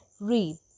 read